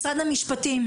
משרד המשפטים,